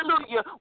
hallelujah